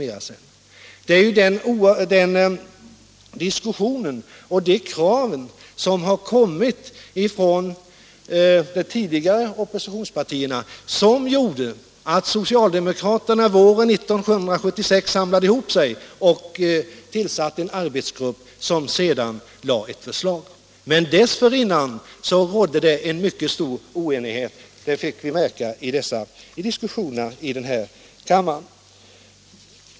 Nej, det är den diskussion som har förts och de krav som har ställts från de tidigare oppositionspartierna som gjorde att socialdemokraterna våren 1976 samlade ihop sig och tillsatte en arbetsgrupp som sedan presenterade ett förslag. Dessförinnan rådde det mycket stor oenighet. Det fick vi märka vid diskussionerna här i kammaren. Herr talman!